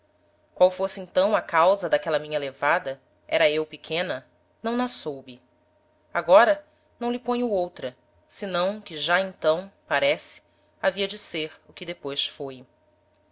qual fosse então a causa d'aquela minha levada era eu pequena não na soube agora não lhe ponho outra senão que já então parece havia de ser o que depois foi